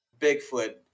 Bigfoot